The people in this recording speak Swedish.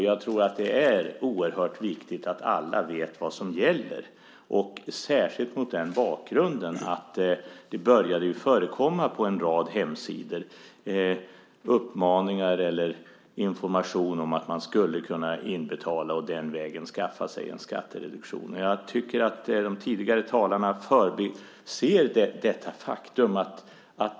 Jag tror att det är oerhört viktigt att alla vet vad som gäller, särskilt mot bakgrunden att det på en rad hemsidor började förekomma uppmaningar eller information om att man skulle kunna inbetala och den vägen skaffa sig en skattereduktion. Jag tycker att de tidigare talarna förbiser detta faktum.